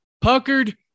puckered